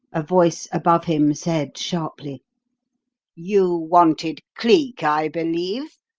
a voice above him said sharply you wanted cleek i believe?